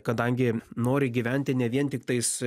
kadangi nori gyventi ne vien tiktais